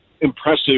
impressive